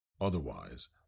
Otherwise